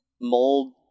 mold